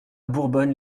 bourbonne